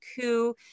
coup